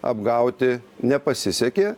apgauti nepasisekė